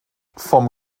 vom